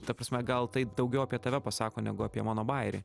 ta prasme gal tai daugiau apie tave pasako negu apie mano bajerį